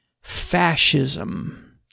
fascism